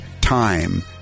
time